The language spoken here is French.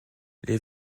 les